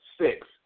six